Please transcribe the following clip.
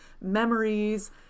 memories